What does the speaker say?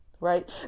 right